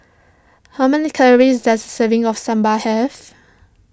how many calories does a serving of Sambal have